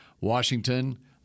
Washington